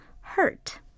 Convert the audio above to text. Hurt